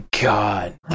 god